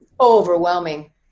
overwhelming